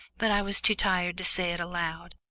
but i was too tired to say it aloud,